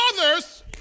others